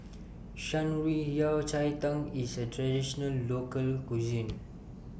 Shan Rui Yao Cai Tang IS A Traditional Local Cuisine